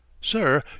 Sir